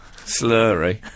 slurry